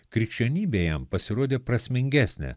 krikščionybė jam pasirodė prasmingesnė